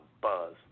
buzz